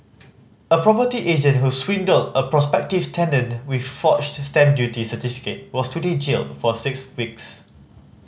a property agent who swindled a prospective tenant with a forged stamp duty certificate was today jailed for six weeks